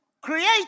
create